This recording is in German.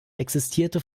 existierte